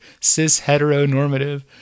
cis-heteronormative